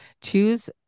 Choose